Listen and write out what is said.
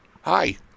Hi